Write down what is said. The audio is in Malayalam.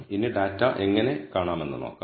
ഇനി ഡാറ്റ എങ്ങനെ കാണാമെന്ന് നോക്കാം